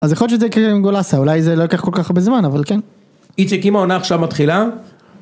אז יכול להיות שזה יקרה עם גולאסה, אולי זה לא יקח כל כך הרבה זמן, אבל כן. איציק אם העונה עכשיו מתחילה.